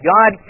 God